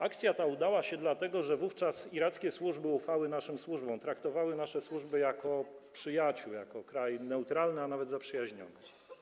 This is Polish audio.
Akcja ta udała się dlatego, że wówczas irackie służby ufały naszym służbom, traktowały nasze służby jako przyjaciół, nasz kraj jako kraj neutralny, a nawet zaprzyjaźniony.